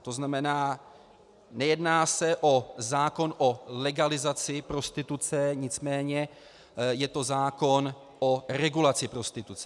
To znamená, nejedná se o zákon o legalizaci prostituce, nicméně je to zákon o regulaci prostituce.